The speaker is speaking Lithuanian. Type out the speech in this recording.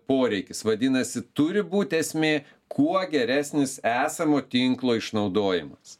poreikis vadinasi turi būti esmė kuo geresnis esamo tinklo išnaudojimas